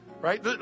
right